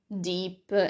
deep